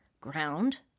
ground